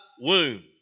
Wound